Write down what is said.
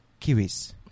Kiwis